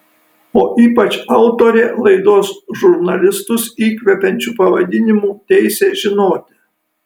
o ypač autorė laidos žurnalistus įkvepiančiu pavadinimu teisė žinoti